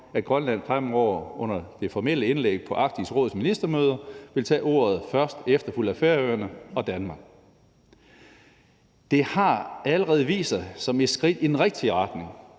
at Grønland under det formelle indlæg på Arktisk Råds ministermøder fremover vil tage ordet først efterfulgt af Færøerne og Danmark. Det har allerede vist sig som et skridt i den rigtige retning,